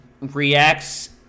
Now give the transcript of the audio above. reacts